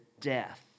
death